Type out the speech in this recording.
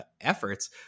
efforts